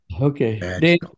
Okay